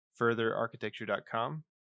furtherarchitecture.com